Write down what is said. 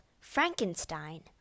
Frankenstein